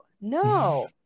No